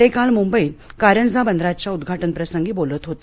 ते काल मुंबईत कारंजा बंदराच्या उद्वाटनप्रसंगी बोलत होते